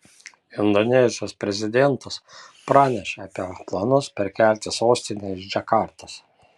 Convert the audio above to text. indonezijos prezidentas pranešė apie planus perkelti sostinę iš džakartos